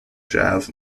jazz